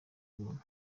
buntu